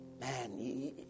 Man